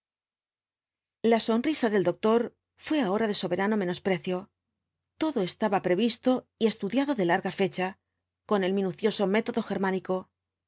la sonrisa del doctor fué ahora de soberano menosprecio todo estaba previsto y estudiado de larga fecha con el minucioso método germánico